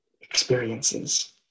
experiences